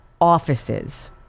offices